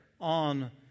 on